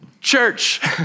Church